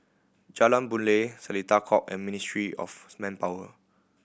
Jalan Boon Lay Seletar Court and Ministry of Manpower